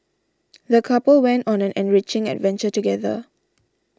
the couple went on an enriching adventure together